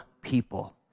people